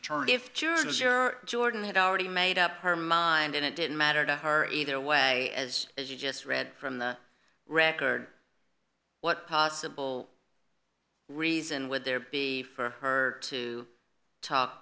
attorney if jurors air jordan had already made up her mind and it didn't matter to her either way as if you just read from the record what possible reason would there be for her to talk